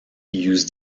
used